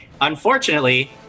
unfortunately